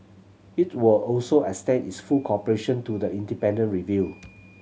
it will also extend its full cooperation to the independent review